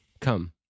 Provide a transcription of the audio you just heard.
Come